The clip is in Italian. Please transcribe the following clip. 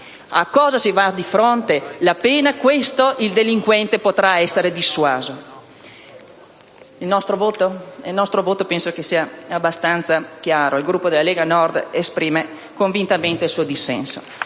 in cui sa a quale pena va incontro, il delinquente potrà essere dissuaso. Il nostro voto penso sia abbastanza chiaro. Il Gruppo Lega Nord esprime convintamente il suo dissenso.